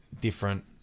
different